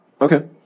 Okay